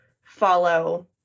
follow